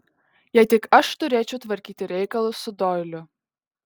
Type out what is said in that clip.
jei tik aš turėčiau tvarkyti reikalus su doiliu